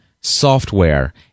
software